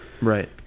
Right